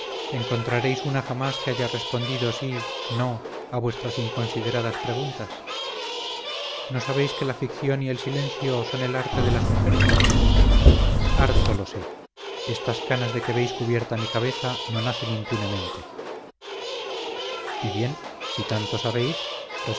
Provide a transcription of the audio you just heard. encontraréis una jamás que haya respondido sí no a vuestras inconsideradas preguntas no sabéis que la ficción y el silencio son el arte de las mujeres harto lo sé estas canas de que veis cubierta mi cabeza no nacen impunemente y bien si tanto sabéis